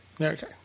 Okay